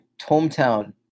hometown